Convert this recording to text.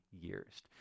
years